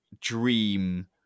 dream